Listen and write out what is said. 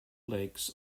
lakes